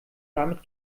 damit